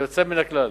זה יוצא מן הכלל.